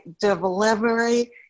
delivery